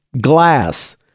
Glass